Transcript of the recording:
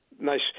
Nice